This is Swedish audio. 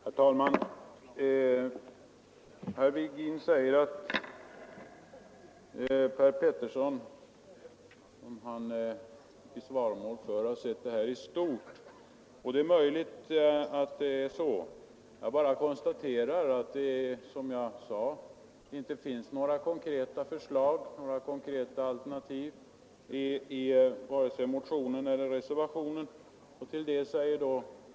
Herr talman! Herr Virgin säger att herr Petersson i Gäddvik, som han går i svaromål för, har sett det här i stort, och det är möjligt att det är så. Jag bara konstaterar att det, som jag sade, inte finns några konkreta alternativ i vare sig motionen eller reservationen från moderata samlingspartiet.